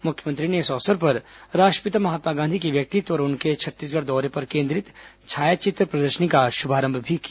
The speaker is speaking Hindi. मुख्यमंत्री ने इस अवसर पर राष्ट्रपिता महात्मा गांधी के व्यक्तित्व और उनके छत्तीसगढ़ दौरे पर केंद्रित छायाचित्र प्रदर्शनी का शुभारंभ भी किया